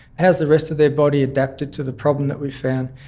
how's the rest of their body adapted to the problem that we've found.